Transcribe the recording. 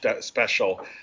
Special